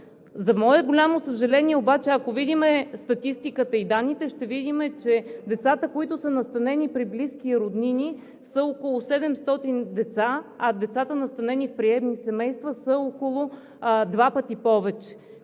За мое голямо съжаление обаче, ако видим статистиката и данните, ще видим, че децата, които са настанени при близки и роднини, са около 700, а децата, настанени в приемни семейства, са около два пъти повече.